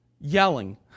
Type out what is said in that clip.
yelling